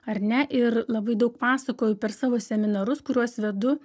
ar ne ir labai daug pasakoju per savo seminarus kuriuos vedu